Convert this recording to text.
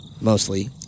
mostly